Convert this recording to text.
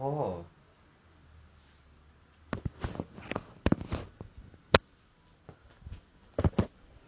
then um it was like very err dusty and all that because you know because of of all the thing you know when you drill and all the debris and all that